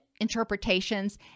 interpretations